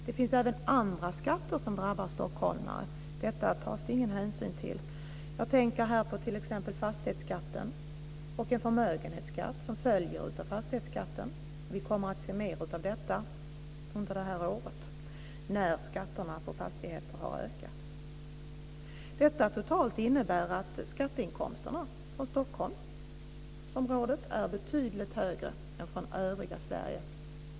Det finns även andra skatter som drabbar stockholmare. Detta tas det ingen hänsyn till. Jag tänker här på t.ex. fastighetsskatten och den förmögenhetsskatt som följer av fastighetsskatten. Vi kommer att se mer av det under detta år, när skatter på fastigheter har ökats. Detta totalt innebär att skatteinkomsterna från Stockholmsområdet är betydligt högre än från övriga Sverige.